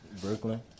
Brooklyn